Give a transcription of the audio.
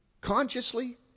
Consciously